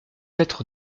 être